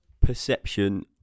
perception